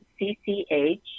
cch